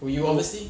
oh